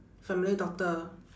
family doctor